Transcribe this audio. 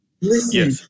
Listen